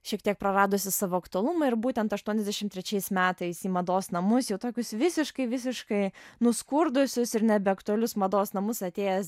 šiek tiek praradusi savo aktualumą ir būtent aštuoniasdešim trečiais metais į mados namus jau tokius visiškai visiškai nuskurdusius ir nebeaktualius mados namus atėjęs